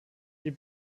die